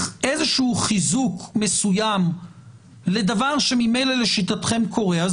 איזשהו חיזוק מסוים לדבר שממילא לשיטתכם קורה,